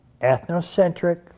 ethnocentric